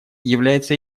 является